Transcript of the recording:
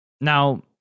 Now